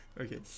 Okay